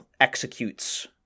executes